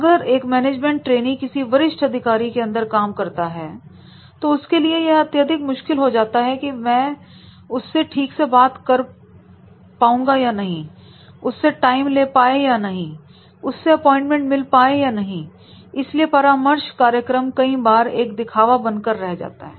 अगर एक management trainee किसी वरिष्ठ अधिकारी के अंदर काम करता है तो उसके लिए यह अत्यधिक मुश्किल हो जाता है कि मैं उससे ठीक से बात कर पाए उसे टाइम ले पाए उस से अपॉइंटमेंट मिल पाए इसलिए परामर्श कार्यक्रम कई बार एक दिखावा बनकर रह जाता है